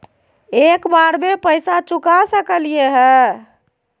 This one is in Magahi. एक बार में पैसा चुका सकालिए है?